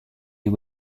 you